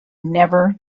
never